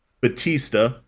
Batista